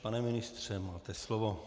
Pane ministře, máte slovo.